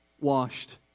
washed